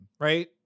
Right